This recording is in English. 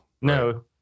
no